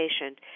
patient